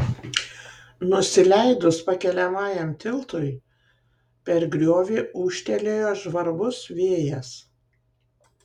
nusileidus pakeliamajam tiltui per griovį ūžtelėjo žvarbus vėjas